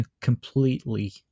completely